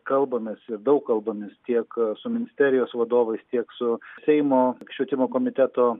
kalbamės ir daug kalbamės tiek su ministerijos vadovais tiek su seimo švietimo komiteto